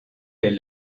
les